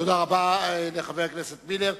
תודה רבה לחבר הכנסת מילר.